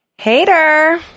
Hater